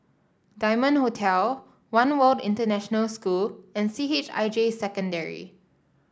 Diamond Hotel One World International School and C H I J Secondary